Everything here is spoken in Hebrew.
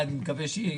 בעד, שזה